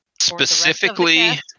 specifically